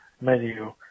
menu